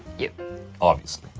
you obviously,